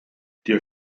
der